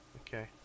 Okay